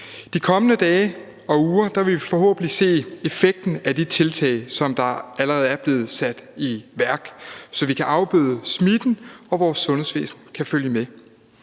De kommende dage og uger vil vi forhåbentlig se effekten af de tiltag, som der allerede er blevet sat i værk, så vi kan afbøde smitten og vores sundhedsvæsen kan følge med.